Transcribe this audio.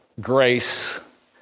grace